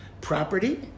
Property